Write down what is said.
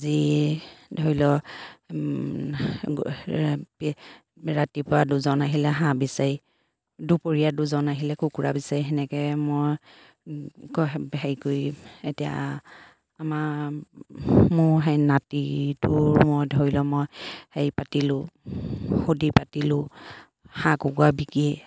আজি ধৰি লওক ৰাতিপুৱা দুজন আহিলে হাঁহ বিচাৰি দুপৰীয়া দুজন আহিলে কুকুৰা বিচাৰি সেনেকে মই হেৰি কৰি এতিয়া আমা মোৰ সেই নাতিটো ধৰি লওক মই হেৰি পাতিলোঁ শুদি পাতিলোঁ হাঁহ কুকুৰা বিকি